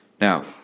Now